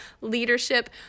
Leadership